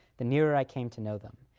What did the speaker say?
the nearer i came to know them.